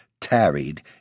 tarried